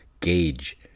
gauge